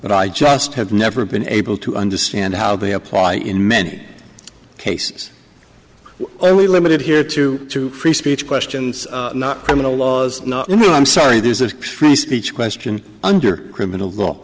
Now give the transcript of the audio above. but i just have never been able to understand how they apply in many cases only limited here to two free speech questions not criminal laws i'm sorry this is three speech question under criminal law